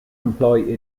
employ